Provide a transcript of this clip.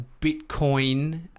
Bitcoin